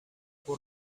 por